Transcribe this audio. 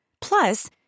Plus